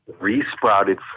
re-sprouted